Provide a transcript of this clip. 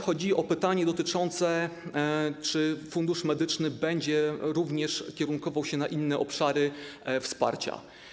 Było pytanie dotyczące tego, czy Fundusz Medyczny będzie również kierunkował się na inne obszary wsparcia.